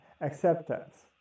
acceptance